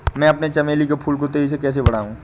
मैं अपने चमेली के फूल को तेजी से कैसे बढाऊं?